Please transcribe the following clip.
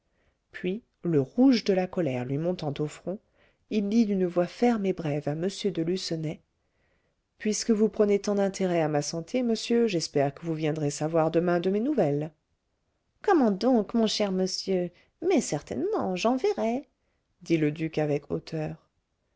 puis le rouge de la colère lui montant au front il dit d'un voix ferme et brève à m de lucenay puisque vous prenez tant d'intérêt à ma santé monsieur j'espère que vous viendrez savoir demain de mes nouvelles comment donc mon cher monsieur mais certainement j'enverrai dit le duc avec hauteur